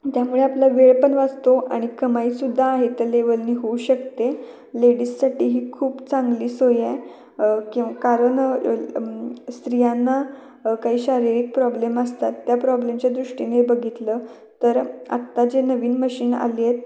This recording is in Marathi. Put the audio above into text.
त्यामुळे आपला वेळ पण वाचतो आणि कमाईसुद्धा हे तल्लिवल्ली होऊ शकते लेडीजसाठी ही खूप चांगली सोय आहे किव कारण स्त्रियांना काही शारीरिक प्रॉब्लेम असतात त्या प्रॉब्लेमच्या दृष्टीने बघितलं तर आत्ता जे नवीन मशीन आली आहे